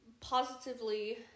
Positively